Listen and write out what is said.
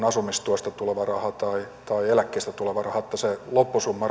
asumistuesta tai eläkkeestä tuleva raha se loppusumma